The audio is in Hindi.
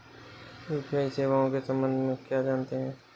यू.पी.आई सेवाओं के संबंध में क्या जानते हैं?